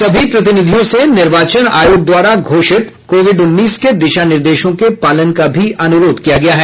सभी प्रतिनिधियों से निर्वाचन आयोग द्वारा घोषित कोविड उन्नीस के दिशा निर्देशों के पालन का भी अनुरोध किया गया है